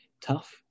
tough